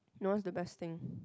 no what's the best thing